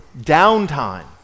downtime